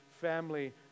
family